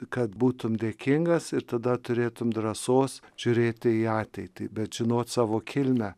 kad būtum dėkingas ir tada turėtum drąsos žiūrėti į ateitį bet žinot savo kilmę